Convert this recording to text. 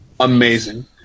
Amazing